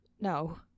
No